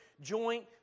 joint